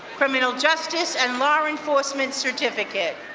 criminal justice and law enforcement certificate.